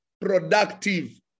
productive